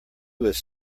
was